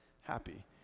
happy